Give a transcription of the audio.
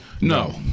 No